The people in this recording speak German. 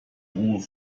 ruhe